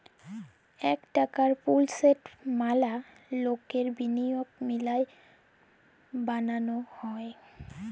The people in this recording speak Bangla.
ইক টাকার পুল যেট ম্যালা লকের বিলিয়গ মিলায় বালাল হ্যয়